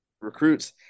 recruits